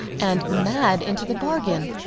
and mad into the bargain.